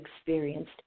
experienced